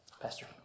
Pastor